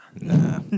Nah